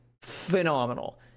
Phenomenal